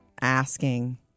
asking